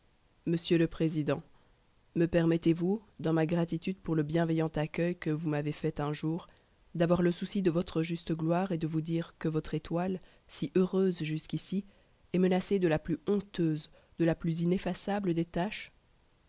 monsieur le président me permettez-vous dans ma gratitude pour le bienveillant accueil que vous m'avez fait un jour d'avoir le souci de votre juste gloire et de vous dire que votre étoile si heureuse jusqu'ici est menacée de la plus honteuse de la plus ineffaçable des taches